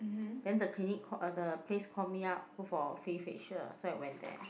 then the clinic the place call me up go for free facial so I went there